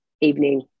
Evening